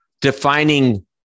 defining